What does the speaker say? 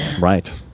Right